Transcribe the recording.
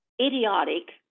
idiotic